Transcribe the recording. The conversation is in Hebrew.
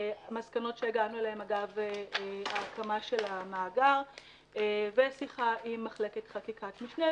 מסקנות שהגענו אליהן אגב ההקמה של המאגר ושיחה עם מחלקת חקיקת משנה,